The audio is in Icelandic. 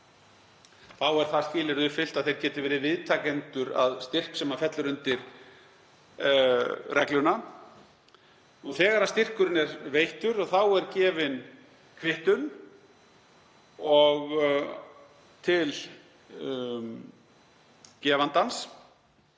er það skilyrði uppfyllt að þeir geti verið viðtakendur að styrk sem fellur undir regluna. Þegar styrkurinn er veittur er gefin kvittun til gefandans.